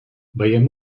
veiem